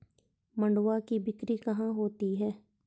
मंडुआ की बिक्री कहाँ होती है?